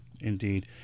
Indeed